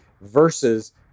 versus